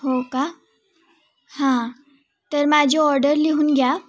हो का हां तर माझी ऑर्डर लिहून घ्या